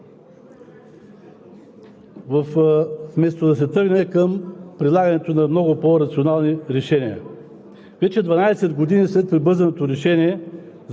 е поредният опит чрез въвеждане на нови формулировки да се реши проблемът с некомплекта от личен състав в Българската армия,